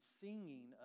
singing